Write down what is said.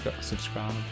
subscribe